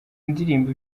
indirimbo